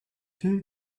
two